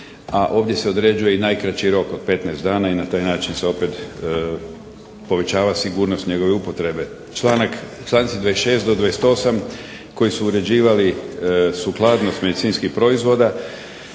a ovdje se određuje i najkraći rok od 15 dana i na taj način se opet povećava sigurnost njegove upotrebe. Članci 26. do 28. koji su uređivali sukladnost medicinskih proizvoda